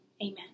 amen